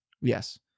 Yes